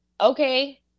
Okay